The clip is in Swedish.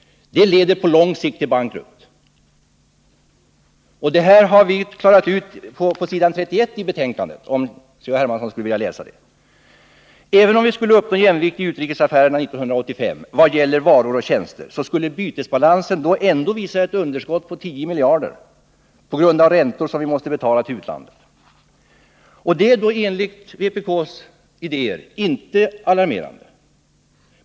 Det leder på lång sikt till bankrutt. Detta har vi klarat ut på s. 31 i betänkandet — om C-.-H. Hermansson skulle vilja läsa det. Även om vi skulle uppnå jämvikt i utrikesaffärerna 1985, vad gäller varor och tjänster, skulle bytesbalansen då i alla fall visa ett underskott på 10 miljarder, på grund av räntor som vi måste betala till utlandet. Det är då enligt vpk:s idéer inte alarmerande.